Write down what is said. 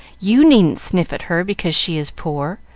you needn't sniff at her because she is poor.